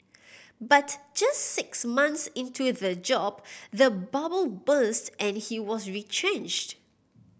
but just six months into the job the bubble burst and he was retrenched